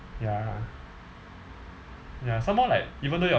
ya ya some more like even though you're